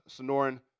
Sonoran